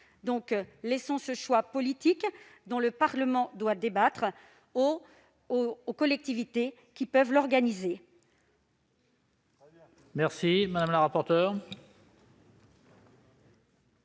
Laissons ce choix politique, dont le Parlement doit débattre, aux collectivités qui peuvent en organiser